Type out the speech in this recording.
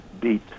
beat